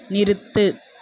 நிறுத்து